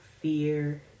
fear